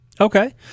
Okay